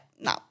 no